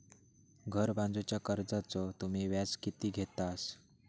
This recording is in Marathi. घर बांधूच्या कर्जाचो तुम्ही व्याज किती घेतास?